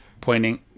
Pointing